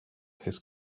his